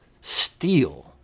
steal